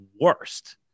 worst